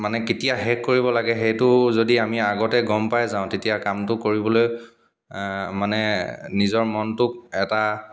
মানে কেতিয়া শেষ কৰিব লাগে সেইটো যদি আমি আগতে গম পাই যাওঁ তেতিয়া কামটো কৰিবলৈ মানে নিজৰ মনটোক এটা